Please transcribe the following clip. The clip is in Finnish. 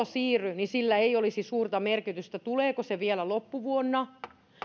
siirry sillä ei olisi suurta merkitystä tuleeko se vielä loppuvuonna